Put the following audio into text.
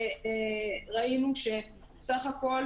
ראינו שבסך הכול